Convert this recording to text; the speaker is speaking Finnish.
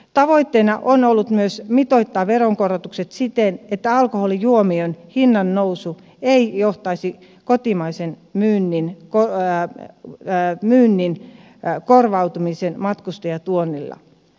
tavoitteena on ollut myös mitoittaa veronkorotukset siten että alkoholijuomien hinnannousu ei johtaisi kotimaisen myynnin korvautumiseen matkustajatuonnilla